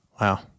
Wow